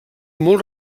molt